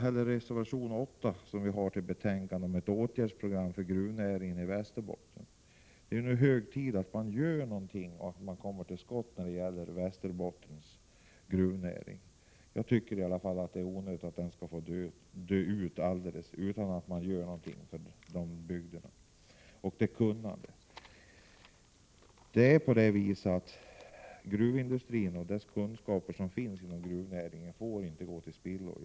Vår reservation 8, som har fogats till betänkandet, handlar om ett åtgärdsprogram för gruvnäringen i Västerbotten. Det är nu hög tid att vi gör någonting och kommer till skott när det gäller Västerbottens gruvnäring. Jag tycker att det är onödigt att den skall dö ut alldeles, utan att man gör någonting för dessa bygder och för att ta till vara det kunnande som finns. Gruvindustrin och de kunskaper som finns inom gruvnäringen i landet får inte gå till spillo.